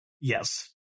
Yes